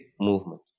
movement